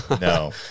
No